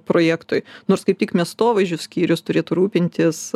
projektui nors kaip tik miestovaizdžio skyrius turėtų rūpintis